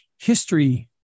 history